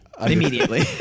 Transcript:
Immediately